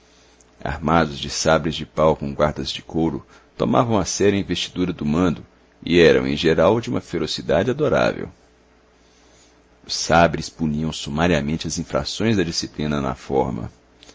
armados de sabres de pau com guardas de couro tomavam a sério a investidura do mando e eram em geral de uma ferocidade adorável os sabres puniam sumariamente as infrações da disciplina na forma